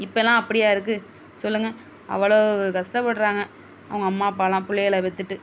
இப்போலாம் அப்படியா இருக்கு சொல்லுங்க அவ்வளோ கஷ்டப்படுறாங்க அவங்கள் அம்மா அப்பாலாம் பிள்ளைகள பெற்றுட்டு